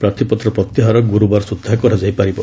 ପ୍ରାର୍ଥୀପତ୍ର ପ୍ରତ୍ୟାହାର ଗୁରୁବାର ସୁଦ୍ଧା କରାଯାଇପାରିବ